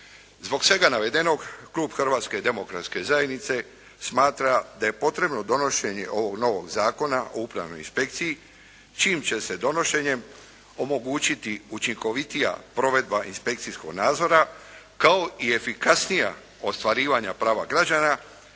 Zbog svega navedenog klub Hrvatske demokratske zajednice smatra da je potrebno donošenje ovog novog Zakona o upravnoj inspekciji čijim će se donošenjem omogućiti učinkovitija provedba inspekcijskog nadzora kao i efikasnija ostvarivanja prava građana,